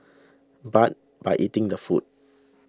but by eating the food